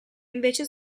invece